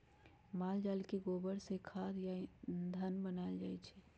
माल जाल के गोबर से खाद आ ईंधन बनायल जाइ छइ